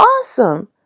awesome